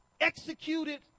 executed